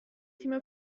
تیم